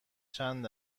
چند